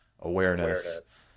awareness